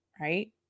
right